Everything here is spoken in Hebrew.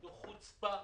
זאת חוצפה.